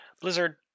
Blizzard